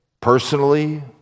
personally